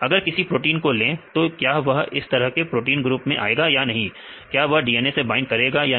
अगर किसी प्रोटीन को ले तो क्या वह इस तरह के प्रोटीन ग्रुप में आएगा या नहीं क्या वह DNA से बाइंड करेगा या नहीं